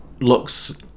looks